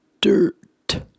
Dirt